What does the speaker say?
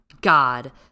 God